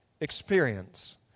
experience